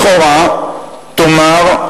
לכאורה תאמר: